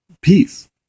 peace